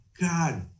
God